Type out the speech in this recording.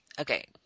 Okay